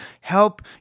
Help